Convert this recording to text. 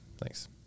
Thanks